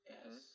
Yes